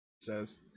says